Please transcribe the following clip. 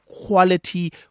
quality